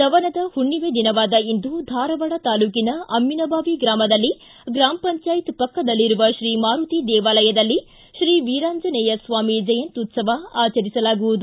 ದವನದ ಹುಣ್ಣಿಮೆ ದಿನವಾದ ಇಂದು ಧಾರವಾಡ ತಾಲೂಕಿನ ಅಮ್ಮಿನಬಾವಿ ಗ್ರಾಮದಲ್ಲಿ ಗ್ರಮ ಪಂಚಾಯತ್ ಪಕ್ಕದಲ್ಲಿರುವ ಶ್ರೀಮಾರುತಿ ದೇವಾಲಯದಲ್ಲಿ ಶ್ರೀವೀರಾಂಜನೇಯಸ್ವಾಮಿ ಜಯಂತ್ಮುತ್ಲವ ಆಚರಿಸಲಾಗುವುದು